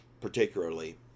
particularly